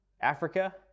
Africa